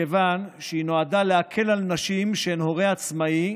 מכיוון שהיא נועדה להקל על נשים שהן הורה עצמאי